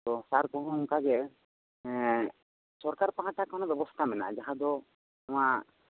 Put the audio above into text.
ᱛᱳ ᱥᱟᱨ ᱠᱚᱦᱚᱸ ᱚᱱᱠᱟ ᱜᱮ ᱥᱚᱨᱠᱟᱨ ᱯᱟᱦᱟᱴᱟ ᱠᱷᱚᱱ ᱦᱚᱸ ᱵᱮᱵᱚᱥᱛᱟ ᱢᱮᱱᱟᱜᱼᱟ ᱡᱟᱦᱟ ᱫᱚ ᱱᱚᱣᱟ